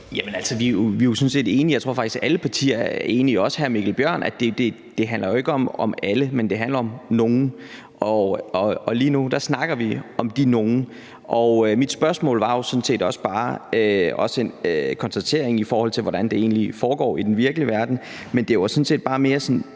vi er jo sådan set enige. Jeg tror faktisk, at alle partier er enige, også hr. Mikkel Bjørn, om, at det jo ikke handler om alle, men at det handler om nogle. Lige nu snakker vi om de nogle, og i mit spørgsmål var der jo sådan set også bare en konstatering, i forhold til hvordan det egentlig foregår i den virkelige verden, og det var sådan set bare mere: Hvad